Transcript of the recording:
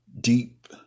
deep